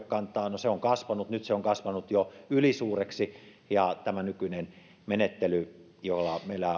no se on kasvanut ja nyt se on kasvanut jo ylisuureksi tämä nykyinen menettely joka meillä